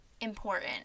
important